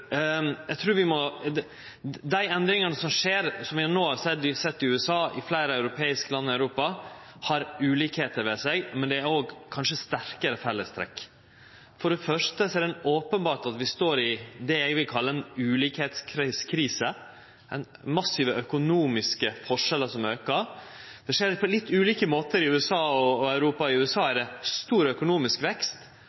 i fleire europeiske land, har ulikskapar ved seg, men kanskje òg sterkare fellestrekk. For det første er det openbert at vi står i det eg vil kalle ein ulikskapskrise, med massive økonomiske forskjellar som aukar. Det skjer på litt ulike måtar i USA og Europa. I USA er